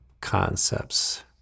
concepts